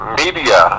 media